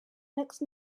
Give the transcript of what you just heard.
next